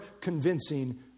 convincing